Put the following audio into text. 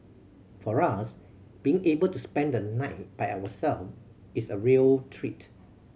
for us being able to spend the night by ourselves is a real treat